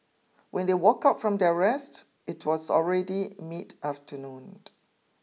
when they woke up from their rest it was already mid-afternoon